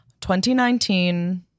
2019